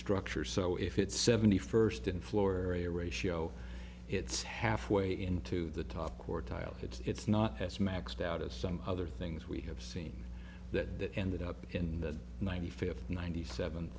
structures so if it's seventy first in floor a ratio it's halfway into the top core tile it's not as maxed out as some other things we have seen that ended up in the ninety fifth ninety seven